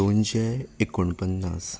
दोनशें एकोण पन्नास